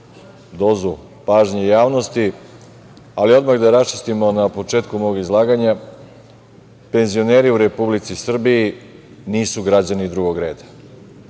dozu pažnje javnosti, ali odmah da raščistimo na početku mog izlaganja, penzioneri u Republici Srbiji nisu građani drugog reda